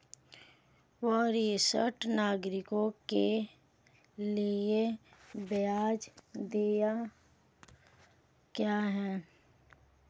वरिष्ठ नागरिकों के लिए ब्याज दर क्या हैं?